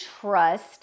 trust